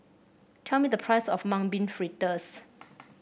tell me the price of Mung Bean Fritters